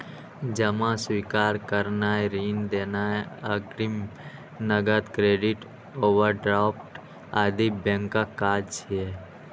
जमा स्वीकार करनाय, ऋण देनाय, अग्रिम, नकद, क्रेडिट, ओवरड्राफ्ट आदि बैंकक काज छियै